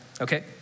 okay